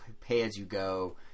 pay-as-you-go